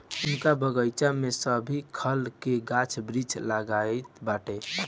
उनका बगइचा में सभे खल के गाछ वृक्ष लागल बाटे